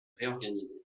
réorganiser